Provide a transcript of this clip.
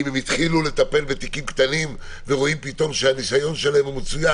אם הם התחילו לטפל בתיקים קטנים ורואים פתאום שהניסיון שלהם מצוין